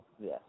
Yes